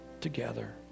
together